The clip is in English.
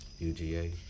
UGA